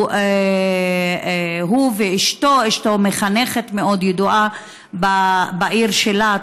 הוא ואשתו: אשתו מחנכת מאוד ידועה בעיר שלה,